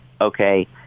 okay